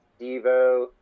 Devo